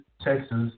Texas